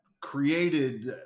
created